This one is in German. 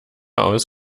aus